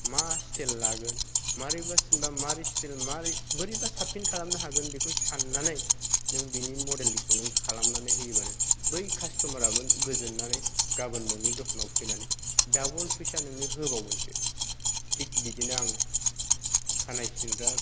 मा स्टाइल लागोन मारैबा सिनबा मारै स्टाइल मारै बोरैबा साबसिन खालायनो हागोन बेखौ साननानै नों बेनि मडेलनिखौ नों खालामनानै होयोबानो बै कास्टमाराबो नों गोजोननानै गाबोन नोंनि दखानाव फैनानै दाबल फैसा नोंनो होबावगोनसो थिग बिदिनो आं खानाय सिनग्रा